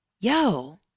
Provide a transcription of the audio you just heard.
yo